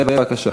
בבקשה.